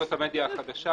זאת המדיה החדשה.